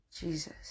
Jesus